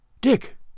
Dick